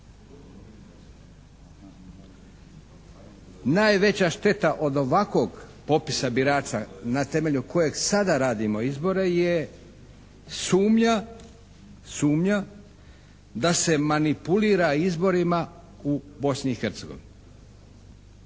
Najveća šteta od ovakvog popisa birača na temelju kojeg sada radimo izbore je sumnja da se manipulira izborima u Bosni